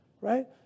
right